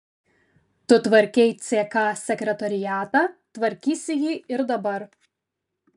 tu tvarkei ck sekretoriatą tvarkysi jį ir dabar